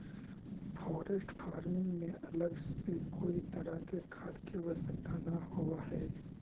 forest farming में अलग से कोई तरह के खाद के आवश्यकता न होवऽ हइ